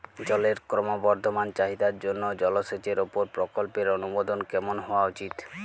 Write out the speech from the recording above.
জলের ক্রমবর্ধমান চাহিদার জন্য জলসেচের উপর প্রকল্পের অনুমোদন কেমন হওয়া উচিৎ?